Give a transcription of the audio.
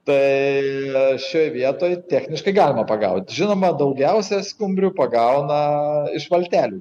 tai šioj vietoj techniškai galima pagaut žinoma daugiausia skumbrių pagauna iš valtelių